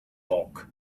bulk